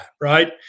right